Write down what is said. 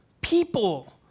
people